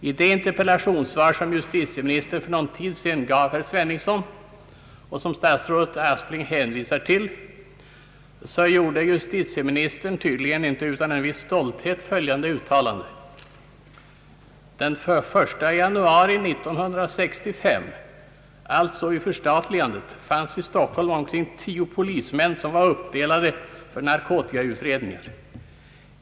I det interpellationssvar som justitieministern för en tid sedan gav herr Sveningsson och som statsrådet Aspling hänvisar till gjorde justitieministern, tydligen inte utan en viss stolthet, följande uttalande: »Den 1 januari 1965, alltså vid förstatligandet, fanns i Stockholm omkring tio polismän som var avdelade för narkotikautredningar.